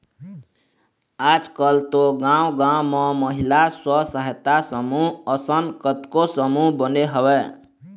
आजकल तो गाँव गाँव म महिला स्व सहायता समूह असन कतको समूह बने हवय